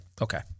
Okay